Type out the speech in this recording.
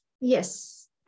yes